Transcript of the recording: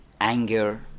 anger